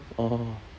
orh